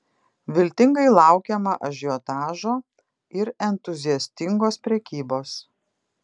viltingai laukiama ažiotažo ir entuziastingos prekybos